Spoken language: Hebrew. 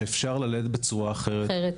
שאפשר ללדת בצורה אחרת,